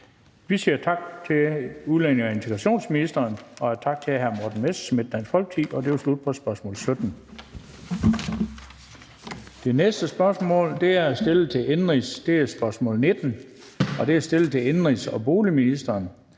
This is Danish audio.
Vi siger tak til udlændinge- og integrationsministeren og tak til hr. Morten Messerschmidt, Dansk Folkeparti, og det var slut på spørgsmål 17. Det næste spørgsmål er spørgsmål 19, og det er stillet til indenrigs- og boligministeren